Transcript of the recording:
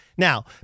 Now